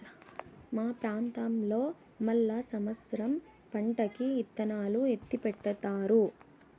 మా ప్రాంతంలో మళ్ళా సమత్సరం పంటకి ఇత్తనాలు ఎత్తిపెడతారు